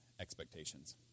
expectations